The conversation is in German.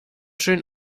schön